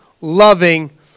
loving